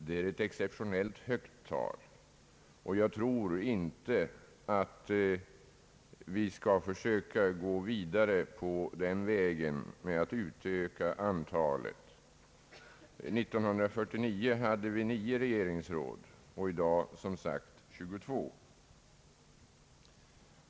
Det är ett mycket högt tal, och jag tror inte att vi skall försöka gå vidare på den vägen med att utöka antalet. År 1949 hade vi nio regeringsråd och i dag, som sagt, 22.